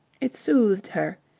it soothed her.